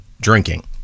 drinking